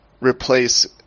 replace